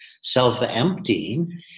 self-emptying